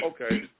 okay